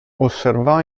osservò